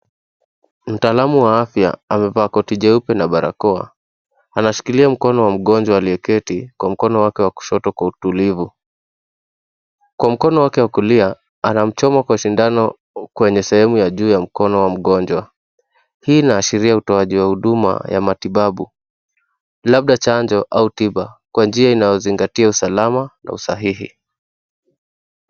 Mtaalamu wa afya amevaa koti jeupe na barakoa anashikilia mkono wa mgonjwa aliyeketi kwa mkono wake wa kushoto kwa utulivi. Kwa mkono wake wa kulia anamchoma kwa sindano kwenye sehemu ya juu ya mkono wa mgonjwa hii inaashira utoaji wa huduma ya matibabu labda chanjo au tiba kwa njia inayozingatia usalama na usahihi.